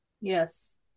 Yes